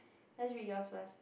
let's read yours first